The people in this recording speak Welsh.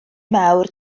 mawr